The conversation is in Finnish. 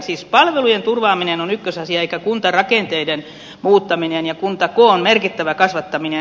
siis palvelujen turvaaminen on ykkösasia eikä kuntarakenteiden muuttaminen ja kuntakoon merkittävä kasvattaminen